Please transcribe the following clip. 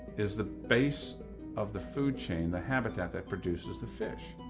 is the base of the food chain, the habitat that produces the fish.